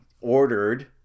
ordered